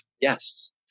yes